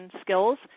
skills